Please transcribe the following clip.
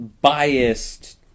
biased